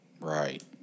Right